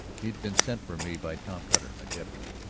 he had been sent for me by tom cutter, my deputy.